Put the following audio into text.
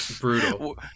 Brutal